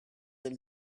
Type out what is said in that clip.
del